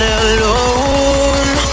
alone